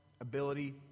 ability